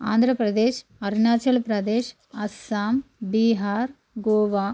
Andhra Pradesh Arunachal Pradesh Assam Bihar Goa